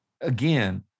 Again